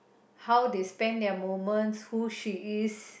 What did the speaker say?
how they spent their moments who she is